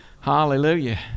Hallelujah